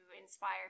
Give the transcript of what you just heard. inspire